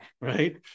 Right